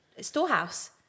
storehouse